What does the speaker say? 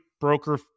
broker